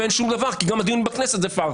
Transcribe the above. שוב, למי הכוח?